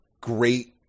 great